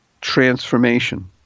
transformation